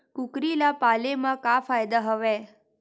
कुकरी ल पाले म का फ़ायदा हवय?